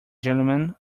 gentlemen